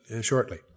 shortly